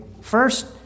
First